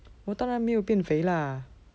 我当然没有变肥 lah